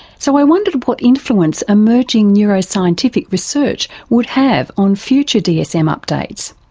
so i wondered what influence emerging neuroscientific research would have on future dsm updates.